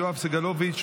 יואב סגלוביץ',